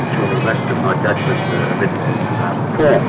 actually most of my judgments are written in sonata